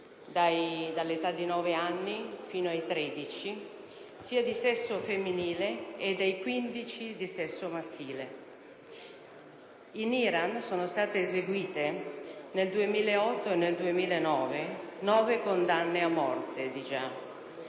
dall'età di 9 anni fino ai 13, se di sesso femminile, e dai 15 anni se di sesso maschile. In Iran sono state eseguite, nel 2008 e nel 2009, già nove condanne a morte di